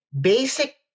Basic